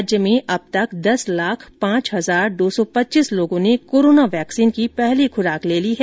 राज्य में अब तक दस लाख पांच हजार दो सौ पच्चीस लोगों ने कोरोना वैक्सीन की पहली खुराक ले ली है